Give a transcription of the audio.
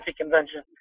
convention